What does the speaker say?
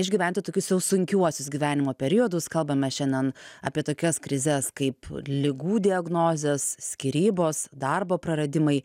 išgyventi tokius jau sunkiuosius gyvenimo periodus kalbame šiandien apie tokias krizes kaip ligų diagnozės skyrybos darbo praradimai